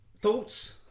Thoughts